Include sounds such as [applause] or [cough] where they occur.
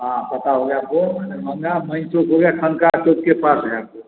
हाँ पता हो गया दो [unintelligible] ठंकार चौक के पास [unintelligible]